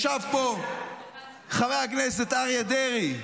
ישב פה חבר הכנסת אריה דרעי,